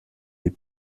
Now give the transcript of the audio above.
les